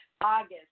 August